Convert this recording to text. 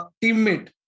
teammate